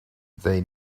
they